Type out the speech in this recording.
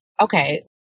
okay